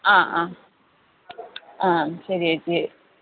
ആ ആ ആ ശരി ചേച്ചിയെ